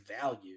value